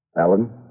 Alan